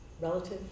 relative